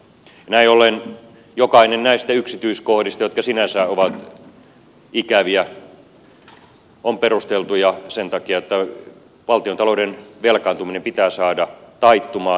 näin ollen jokainen näistä yksityiskohdista jotka sinänsä ovat ikäviä on perusteltu sen takia että valtiontalouden velkaantuminen pitää saada taittumaan